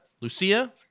Lucia